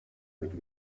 mit